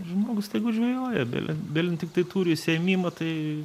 žmogus tegu žvejoja bele belen tiktai turi užsiėmimą tai